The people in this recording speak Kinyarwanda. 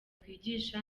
twigisha